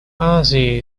азии